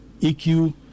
EQ